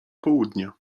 południa